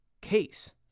case